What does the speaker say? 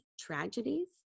tragedies